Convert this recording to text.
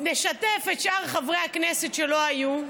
נשתף את שאר חברי הכנסת שלא היו.